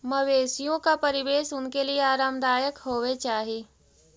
मवेशियों का परिवेश उनके लिए आरामदायक होवे चाही